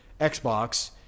Xbox